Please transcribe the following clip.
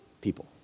people